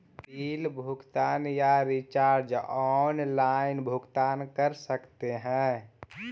Bill भुगतान या recharge online भुगतान कर सकते हैं?